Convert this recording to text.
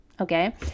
Okay